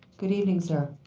good evening, sir.